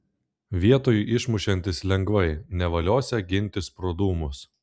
vietoj išmušiantis lengvai nevaliosią gintis pro dūmus